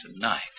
tonight